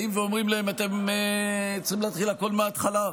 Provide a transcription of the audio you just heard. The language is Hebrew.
באים ואומרים להם: אתם צריכים להתחיל הכול מההתחלה,